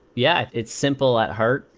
yeah, it's simple at heart.